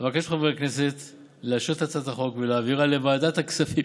אבקש מחברי הכנסת לאשר את הצעת החוק ולהעבירה לוועדת הכספים,